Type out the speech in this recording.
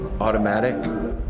Automatic